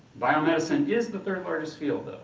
bio-medicine is the third-largest field, though,